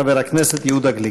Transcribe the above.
חבר הכנסת יהודה גליק.